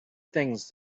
things